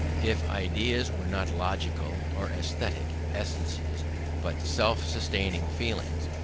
if ideas were not logical or aesthetic essences but self-subsisting feelings,